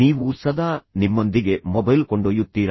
ನೀವು ಸದಾ ನಿಮ್ಮೊಂದಿಗೆ ಮೊಬೈಲ್ ಕೊಂಡೊಯ್ಯುತ್ತೀರಾ